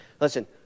Listen